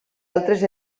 altres